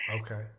Okay